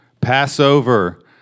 Passover